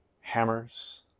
Hammers